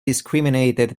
discriminated